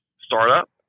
startup